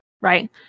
Right